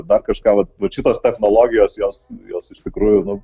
dar kažką vat vat šitos technologijos jos jos iš tikrųjų nu